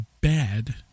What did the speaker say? bad